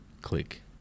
click